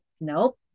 nope